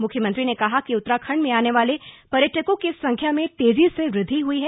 मुख्यमंत्री ने कहा कि उत्तराखण्ड में आने वाले पर्यटकों की संख्या में तेज़ी से वृद्धि हुई है